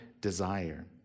desire